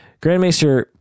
Grandmaster